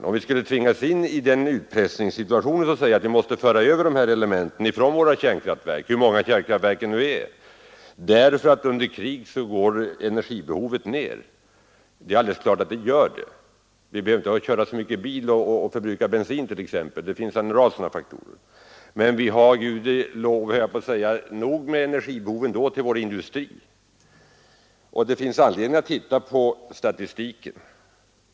Om vi skulle tvingas in i den utpressningssituationen, säger han, måste vi föra över elementen från våra kärnkraftverk — hur många kärnkraftverken än är — och klara oss eftersom energibehovet går ner under krig. Det är alldeles klart att det behovet minskar: vi behöver t.ex. inte köra bil så mycket och förbruka så mycket bensin, och det finns en rad andra sådana besparande faktorer. Men vi har ändå ett stort energibehov för vår industri. Det finns anledning act studera statistiken.